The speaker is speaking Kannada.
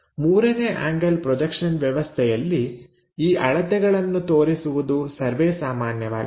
ಮೂರನೇ ಆಂಗಲ್ ಪ್ರೊಜೆಕ್ಷನ್ ವ್ಯವಸ್ಥೆಯಲ್ಲಿ ಈ ಅಳತೆಗಳನ್ನು ತೋರಿಸುವುದು ಸರ್ವೇಸಾಮಾನ್ಯವಾಗಿದೆ